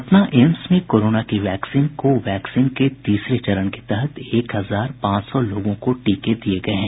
Patna AIIMS में corona की vaccine को वैक्सीन के तीसरे चरण के तहत एक हजार पांच सौ लोगों को टीके दिये गये हैं